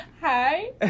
hi